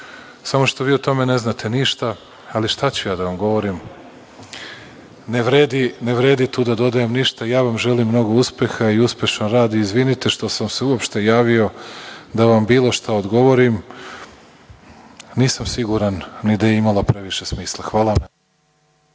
samo što vi o tome ne znate ništa, ali šta ću ja da vam govorim. Ne vredi tu da dodajem ništa. Ja vam želim mnogo uspeha i uspešan rad i izvinite što sam se uopšte javio da vam bilo šta odgovorim. Nisam siguran ni da je imalo previše smisla. Hvala vam.